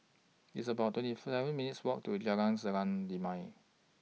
It's about twenty Third seven minutes' Walk to Jalan Selendang Delima